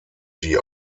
die